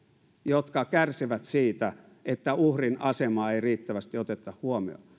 jotka kärsivät siitä että uhrin asemaa ei riittävästi oteta huomioon